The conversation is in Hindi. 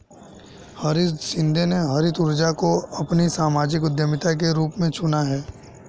हरीश शिंदे ने हरित ऊर्जा को अपनी सामाजिक उद्यमिता के रूप में चुना है